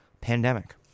pandemic